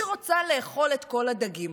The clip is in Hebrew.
היא רוצה לאכול את כל הדגים.